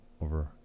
over